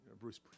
Bruce